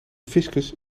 fiscus